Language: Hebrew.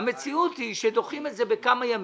המציאות היא שדוחים את זה בכמה ימים.